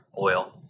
oil